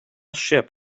ship